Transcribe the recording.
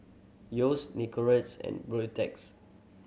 Yeo's Nicorette and Beautex